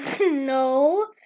No